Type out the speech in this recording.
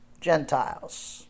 Gentiles